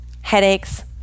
headaches